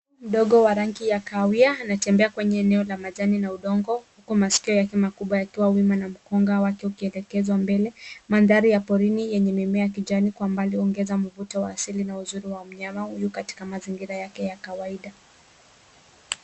Mdogo wa rangi Kahawia anatembea kwenye eneo la majani na udongo huku maskio yake makubwa yakiwa wima na mkonga wake kuelekeza mbele. Mandhari ya porini yenye mimea ya kijani kwa mbali ongeza mvuto wa asili na uzuri wa mnyama huyu katika mazingira yake ya kawaida